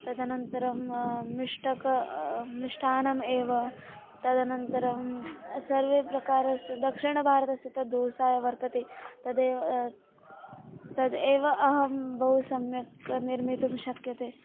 तदनन्तरं मिष्टक मिष्टान्नम् एव तदनन्तरं सर्वे प्रकारस्य दक्षिणभारतस्य तद् दोसाय् वर्तते तदेव तदेव अहं बहु सम्यक् निर्मितुं शक्यते